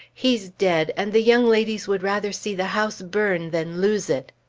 he's dead, and the young ladies would rather see the house burn than lose it!